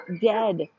dead